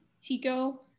Tico